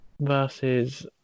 versus